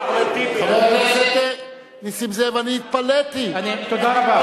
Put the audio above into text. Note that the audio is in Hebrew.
חבר הכנסת נסים זאב, אני התפלאתי, אני, תודה רבה.